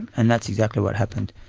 and that's exactly what happened.